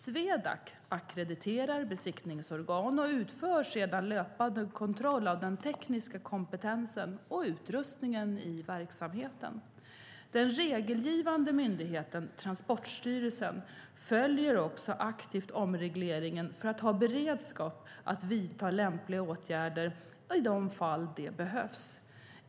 Swedac ackrediterar besiktningsorgan och utför sedan löpande kontroll av den tekniska kompetensen och utrustningen i verksamheten. Den regelgivande myndigheten Transportstyrelsen följer också aktivt omregleringen för att ha beredskap att vidta lämpliga åtgärder i de fall det behövs.